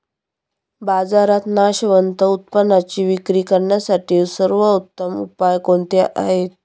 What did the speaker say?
बाजारात नाशवंत उत्पादनांची विक्री करण्यासाठी सर्वोत्तम उपाय कोणते आहेत?